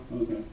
Okay